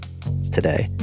Today